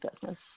business